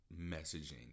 messaging